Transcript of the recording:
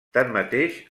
tanmateix